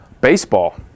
Baseball